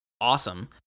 awesome